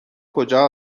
کجا